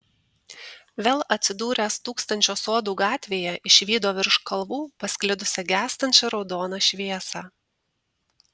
vėl atsidūręs tūkstančio sodų gatvėje išvydo virš kalvų pasklidusią gęstančią raudoną šviesą